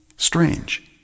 Strange